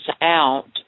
out